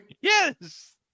yes